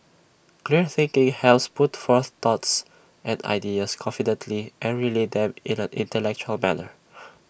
clear thinking helps put forth thoughts and ideas confidently and relay them in an intellectual manner